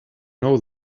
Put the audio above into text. know